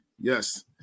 Yes